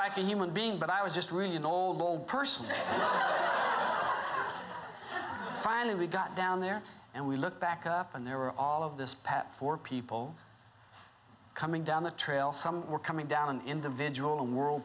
like a human being but i was just really an old old person finally we got down there and we looked back up and there were all of this path for people coming down the trail some were coming down an individual a world